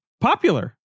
popular